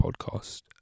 podcast